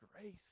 grace